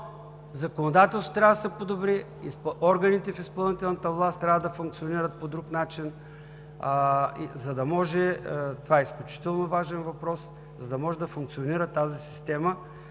Законодателството обаче трябва да се подобри, органите в изпълнителната власт трябва да функционират по друг начин. Това е изключително важен въпрос, за да може да функционира тази система